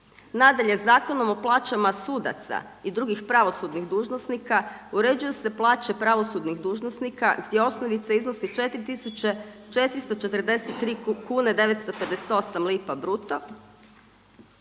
Nadalje, Zakonom o plaćama sudaca i drugih pravosudnih dužnosnika uređuju se plaće pravosudnih dužnosnika gdje osnovica iznosi 4443,958 lipa bruto